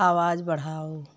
आवाज़ बढ़ाओ